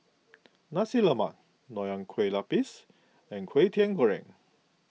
Nasi Lemak Nonya Kueh Lapis and Kwetiau Goreng